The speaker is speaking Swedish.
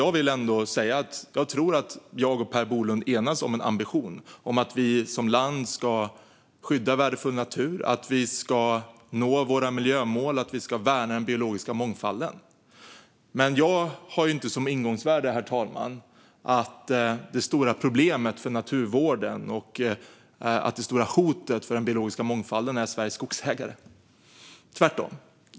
Jag vill ändå säga att jag tror att jag och Per Bolund enas om en ambition om att vi som land ska skydda värdefull natur, nå våra miljömål och värna den biologiska mångfalden. Men jag har inte som ingångsvärde, herr talman, att det stora problemet för naturvården och det stora hotet mot den biologiska mångfalden är Sveriges skogsägare - tvärtom.